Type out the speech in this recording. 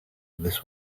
this